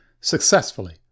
successfully